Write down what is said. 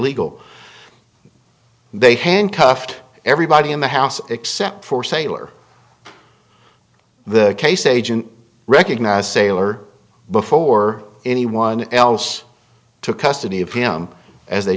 legal they handcuffed everybody in the house except for sale or the case agent recognized sailor before anyone else took custody of him as they